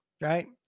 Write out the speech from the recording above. right